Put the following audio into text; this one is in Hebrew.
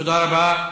תודה רבה.